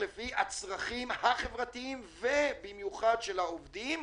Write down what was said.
לפי הצרכים החברתיים והצרכים של העובדים,